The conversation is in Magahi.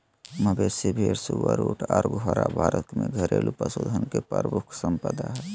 मवेशी, भेड़, सुअर, ऊँट आर घोड़ा भारत में घरेलू पशुधन के प्रमुख संपदा हय